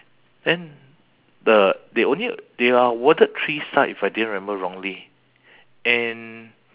then the they only they are awarded three star if I didn't remember wrongly and